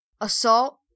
Assault